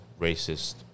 racist